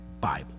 Bible